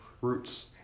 roots